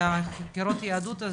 של החקירות יהדות,